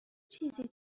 چیزی